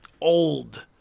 old